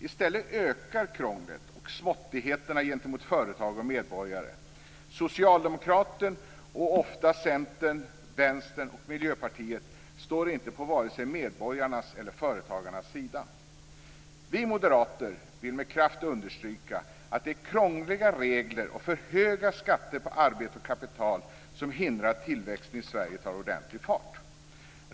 I stället ökar krånglet och småttigheterna gentemot företag och medborgare. Socialdemokraterna, ofta Centern, Vänstern och Miljöpartiet står inte på vare sig medborgarnas eller företagarnas sida. Vi moderater vill med kraft understryka att det är krångliga regler och för höga skatter på arbete och kapital som hindrar tillväxten i Sverige från att ta ordentlig fart.